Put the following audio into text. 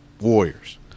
Warriors